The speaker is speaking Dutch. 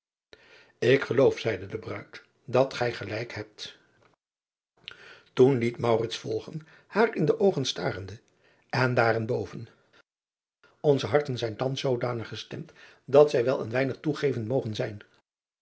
k geloof zeide de ruid dat gij gelijk hebt oen liet volgen haar in de oogen starende n daarenboven nze harten zijn thans zoodanig gestemd dat zij wel een weinig toegevend mogen zijn